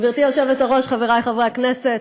גברתי היושבת-ראש, חברי חברי הכנסת,